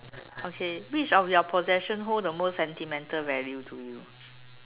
okay which of your possession hold the most sentimental value to you